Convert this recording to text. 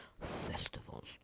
festivals